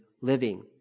living